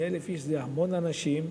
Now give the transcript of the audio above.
זה המון אנשים,